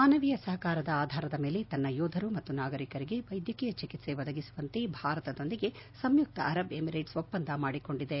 ಮಾನವೀಯ ಸಹಕಾರದ ಆಧಾರದ ಮೇಲೆ ತನ್ನ ಯೋಧರು ಮತ್ತು ನಾಗರಿಕರಿಗೆ ವೈದ್ಯಕೀಯ ಚೆಕಿತ್ಸೆ ಒದಗಿಸುವಂತೆ ಭಾರತದೊಂದಿಗೆ ಸಂಯುಕ್ತ ಅರಬ್ ಎಮಿರೇಟ್ಸ್ ಒಪ್ಪಂದ ಮಾಡಿಕೊಂಡಿದೆ